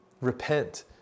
Repent